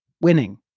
winning